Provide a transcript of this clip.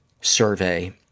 survey